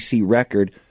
record